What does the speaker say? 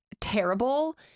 terrible